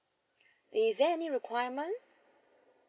is there any requirement